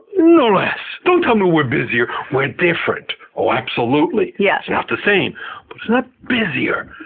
no less. don't tell me we're busier. we're different. oh, absolutely, yeah it's not the same, but it's not busier.